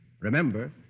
Remember